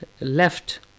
left